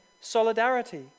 solidarity